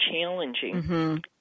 challenging